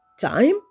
Time